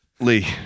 Lee